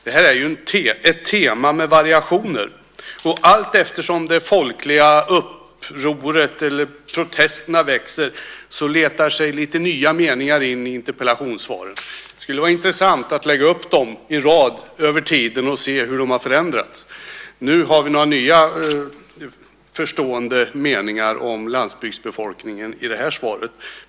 Det här är ju ett tema med variationer, och allteftersom de folkliga protesterna växer letar sig lite nya meningar in i interpellationssvaren. Det skulle vara intressant att lägga upp dem i rad och se hur de har förändrats över tiden. Nu har vi några nya förstående meningar om landsbygdsbefolkningen i det här svaret.